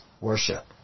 worship